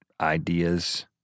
Ideas